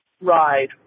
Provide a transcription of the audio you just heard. ride